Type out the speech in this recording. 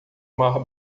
mar